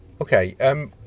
Okay